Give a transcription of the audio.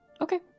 Okay